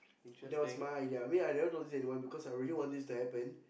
that was my idea I mean I never told this to anyone because I really want this to happen